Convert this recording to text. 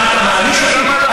ומה נכון ומה לא נכון.